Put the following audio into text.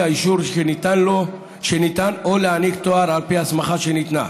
האישור שניתן או להעניק תואר על פי ההסמכה שניתנה.